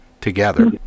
together